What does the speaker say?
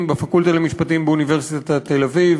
בפקולטה למשפטים באוניברסיטת תל-אביב,